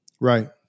Right